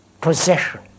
possession